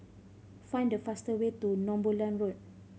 find the faster way to Northumberland Road